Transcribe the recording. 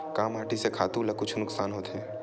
का माटी से खातु ला कुछु नुकसान होथे?